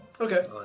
Okay